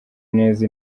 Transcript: neza